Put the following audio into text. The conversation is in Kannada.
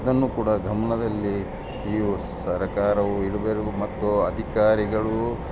ಅದನ್ನು ಕೂಡ ಗಮನದಲ್ಲಿ ಇವು ಸರಕಾರವು ಇಡ್ಬೇಕು ಮತ್ತು ಅಧಿಕಾರಿಗಳು